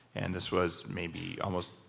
and this was maybe almost.